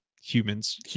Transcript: human's